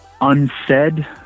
unsaid